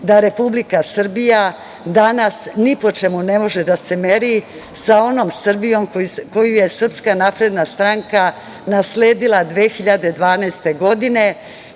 da Republika Srbija danas ni po čemu ne može da se meri sa onom Srbijom koju je SNS nasledila 2012. godine,